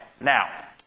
Now